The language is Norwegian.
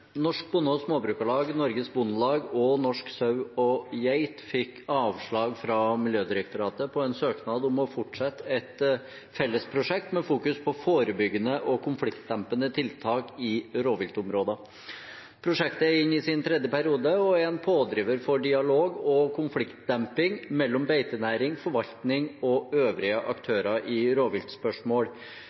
Norsk Sau og Geit fikk avslag fra Miljødirektoratet på en søknad om å fortsette et fellesprosjekt med fokus på forebyggende og konfliktdempende tiltak i rovviltområder. Prosjektet er inne i sin tredje periode og er en pådriver for dialog og konfliktdemping mellom beitenæring, forvaltning og øvrige aktører i rovviltspørsmål.